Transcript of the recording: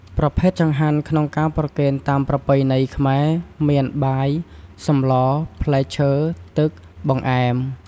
ប្រភេទចង្ហាន់ក្នុងការប្រគេនតាមប្រពៃណីខ្មែរមាន បាយ សម្ល ផ្លែឈើ ទឹក បង្អែម។